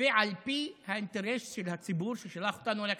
ועל פי האינטרס של הציבור ששלח אותנו לכנסת.